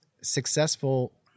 successful